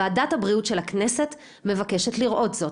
ועדת הבריאות של הכנסת מבקשת לראות זאת.